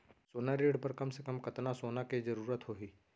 सोना ऋण बर कम से कम कतना सोना के जरूरत होही??